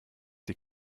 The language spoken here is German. die